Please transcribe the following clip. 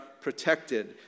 protected